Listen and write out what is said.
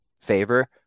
favor